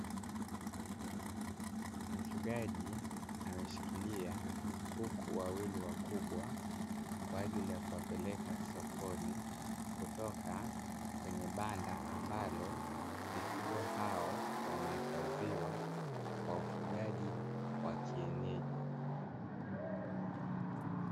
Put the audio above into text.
Mfugaji ameshikilia kuku wawili wakubwa kwa ajili ya kuwapeleka sokoni, kutoka kwenye banda ambalo mifugo hao wamehifadhiwa kwa ufugaji wa kienyeji.